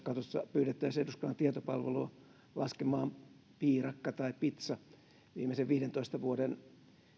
pyydettäisiin eduskunnan tietopalvelua laskemaan piirakka tai pitsa viimeisen viidentoista vuoden